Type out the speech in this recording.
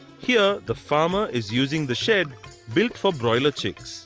here the farmer is using the shed built for broiler chicken.